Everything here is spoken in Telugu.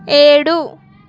ఏడు